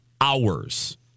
hours